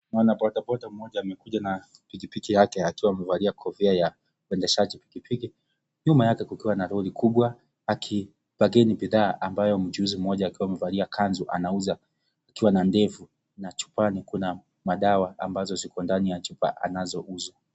Mna bodaboda mmoja amekuja na pikipiki yake akiwa amevalia kofia ya uendeshaji pikipiki, nyuma yake kukiwa na lori kubwa aki(cs)bargain(cs) bidhaa ambayo mchuuzi mmoja akiwa amevalia kanzu anauza akiwa na ndevu na chupani kuna madawa ambazo ziko ndani ya chupa anazozuza.